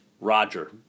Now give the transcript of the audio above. Roger